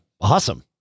Awesome